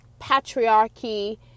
patriarchy